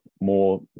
more